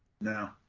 No